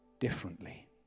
Differently